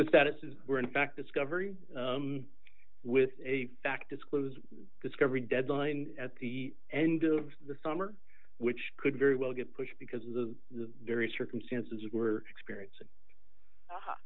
the status is we're in fact discovery with a fact disclosed discovery deadline at the end of the summer which could very well get pushed because of the various circumstances we're experiencing